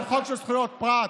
זה חוק של זכויות פרט.